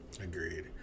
Agreed